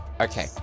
okay